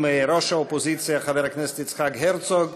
ראש האופוזיציה חבר הכנסת יצחק הרצוג,